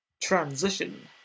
transition